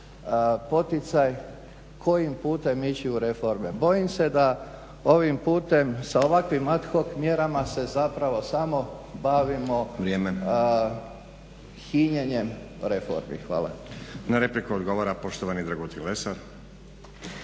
poticaj kojim putem ići u reforme. Bojim se da ovim putem sa ovakvim ad hoc mjerama se zapravo samo bavimo hinjenjem reformi. Hvala. **Stazić, Nenad (SDP)** Na repliku odgovara poštovani Dragutin Lesar.